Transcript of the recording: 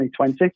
2020